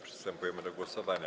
Przystępujemy do głosowania.